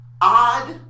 odd